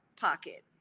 pocket